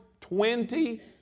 Twenty